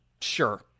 sure